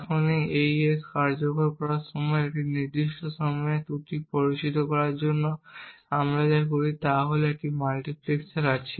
এখন এই AES কার্যকর করার সময় একটি নির্দিষ্ট সময়ে একটি ত্রুটি প্ররোচিত করার জন্য আমরা যা করি তা হল আমাদের একটি মাল্টিপ্লেক্সার রয়েছে